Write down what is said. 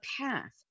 path